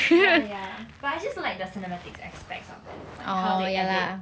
ya ya but I just like the cinematics aspects of it like how they edit